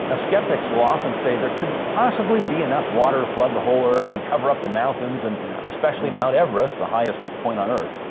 ah skeptics will often say there couldn't possibly be enough water flood the whole earth and cover up all the mountains, and especially mt everest, the highest point on earth.